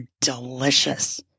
delicious